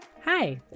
Hi